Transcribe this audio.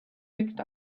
picked